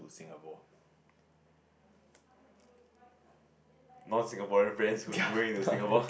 Singapore ya ya